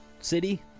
city